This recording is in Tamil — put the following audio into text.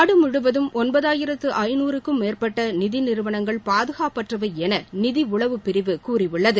நாடுமுழுவதும் ஒன்பதாயிரத்து ஐநுறுக்கும் மேற்பட்ட நிதி நிறுவனங்கள் பாதகாப்பற்றவை என நிதி உளவுப்பிரிவு கூறியுள்ளது